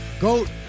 Goat